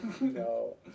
no